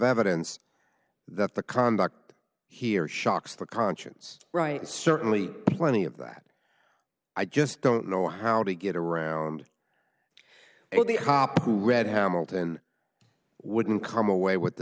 evidence that the conduct here shocks the conscience right certainly plenty of that i just don't know how to get around and the cop who read hamilton wouldn't come away with the